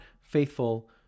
faithful